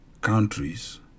countries